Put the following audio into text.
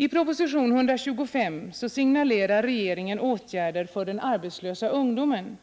I propositionen 125 signalerar regeringen åtgärder för den arbetslösa ungdomen,